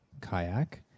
kayak